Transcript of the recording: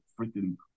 freaking